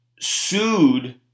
sued